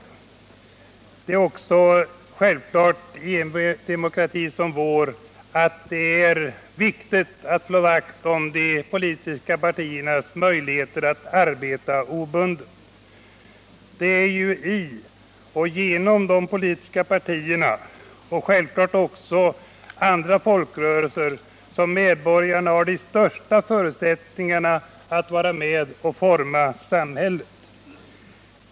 Självfallet är det i en demokrati som vår viktigt att slå vakt om de politiska partiernas möjligheter att arbeta obundet. Det är i och genom de politiska partierna och givetvis också genom andra folkrörelser som medborgarna har de största förutsättningarna att vara med och forma samhället.